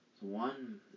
one